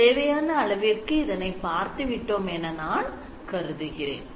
தேவையான அளவிற்கு இதனை பார்த்துவிட்டோம் என நான் கருதுகின்றேன்